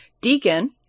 Deacon